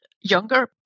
younger